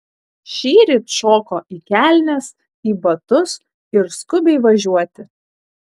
šįryt šoko į kelnes į batus ir skubiai važiuoti